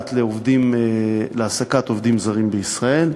הנוגעת להעסקת עובדים זרים בישראל,